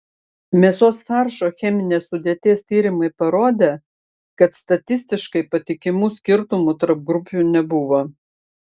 mėsos faršo cheminės sudėties tyrimai parodė kad statistiškai patikimų skirtumų tarp grupių nebuvo